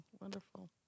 wonderful